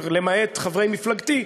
למעט חברי מפלגתי,